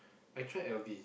I tried L_D